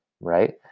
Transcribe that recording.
right